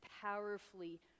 powerfully